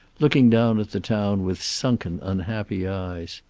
looking down at the town with sunken, unhappy eyes.